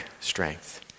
strength